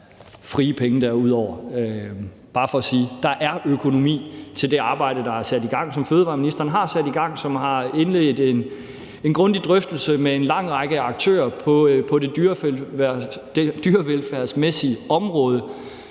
der er økonomi til det arbejde, som fødevareministeren har sat i gang, og fødevareministeren har indledt en grundig drøftelse med en lang række aktører på det dyrevelfærdsmæssige område,